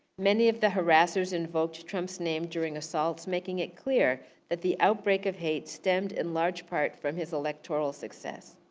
many of the harassers invoked trump's name during assaults making it clear that the outbreak of hate stemmed in large part from his electoral success.